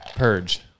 Purge